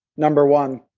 number one,